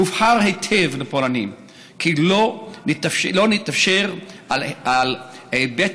הובהר היטב לפולנים כי לא נתפשר על ההיבט